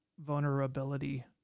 vulnerability